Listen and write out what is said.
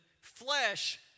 flesh